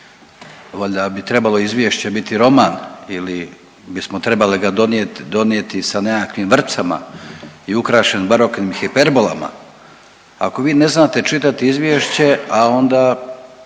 Valjda bi izvješće trebao biti roman ili bismo trebali ga donijeti sa nekakvim vrpcama i ukrašen baroknim hiperbolama. Ako vi ne znate čitati izvješće, a onda